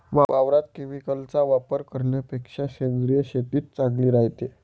वावरात केमिकलचा वापर करन्यापेक्षा सेंद्रिय शेतीच चांगली रायते